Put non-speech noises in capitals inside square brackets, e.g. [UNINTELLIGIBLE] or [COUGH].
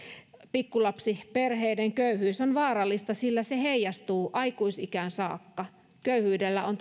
pikkulapsiperheiden köyhyys on vaarallista sillä se heijastuu aikuisikään saakka köyhyydellä on [UNINTELLIGIBLE]